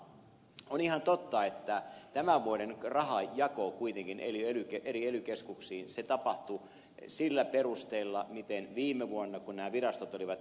on ihan totta että tämän vuoden rahanjako eri ely keskuksiin tapahtui kuitenkin sillä perusteella miten se tapahtui viime vuonna kun nämä virastot olivat erilliset